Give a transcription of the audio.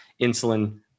insulin